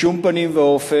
בשום פנים ואופן,